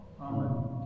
Amen